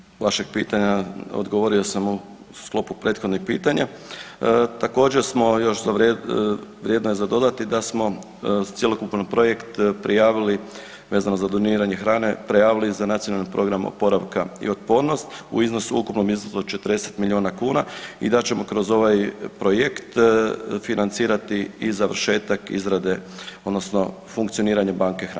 Evo prije vašeg pitanja odgovorio sam u sklopu prethodnih pitanja, također smo još, vrijedno je za dodati da smo cjelokupni projekt prijavili vezano za doniranje hrane prijavili za nacionalni program oporavka i otpornost u iznosu, ukupnom iznosu od 40 miliona kuna i da ćemo kroz ovaj projekt financirati i završetak izrade odnosno funkcioniranje banke hrane.